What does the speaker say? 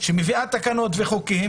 שמביאה תקנות וחוקים